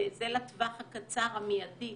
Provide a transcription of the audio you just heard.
וזה לטווח הקצר המיידי,